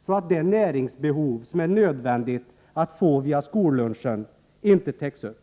så att det näringsbehov som det är nödvändigt att få tillgodosett via skollunchen inte tillfredsställs.